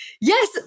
yes